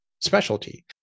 specialty